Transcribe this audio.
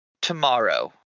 tomorrow